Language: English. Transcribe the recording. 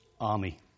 army